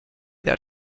that